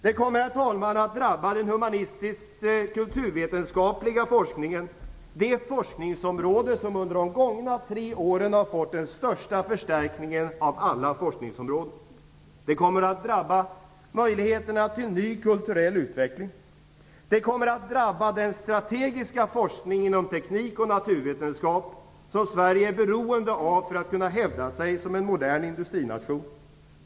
Det kommer att drabba den humanistiskkulturvetenskapliga forsknimngen, det forskningsområde som under de gångna tre åren har fått den största förstärkningen av alla forskningsområden. Det kommer att drabba möjligheterna till ny kulturell utveckling. Det kommer att drabba den strategiska forskning inom teknik och naturvetenskap som Sverige är beroende av för att kunna hävda sig som en modern industrination.